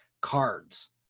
cards